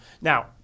Now